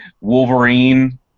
Wolverine